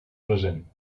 present